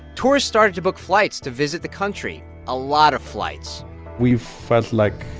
tourists started to book flights to visit the country a lot of flights we felt like,